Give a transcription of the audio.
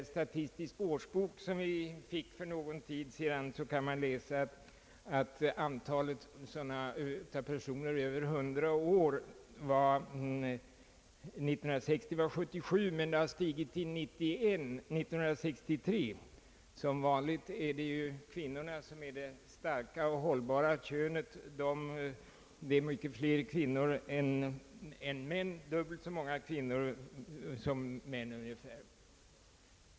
I Statistisk årsbok för 1967, vilken utkom för någon tid sedan, uppges att antalet personer över 100 år 1960 var 77 men 1963 hade stigit till 91. Som vanligt är det kvinnorna som är det starka och hållbara könet: det är ungefär dubbelt så många kvinnor som män i denna åldersgrupp.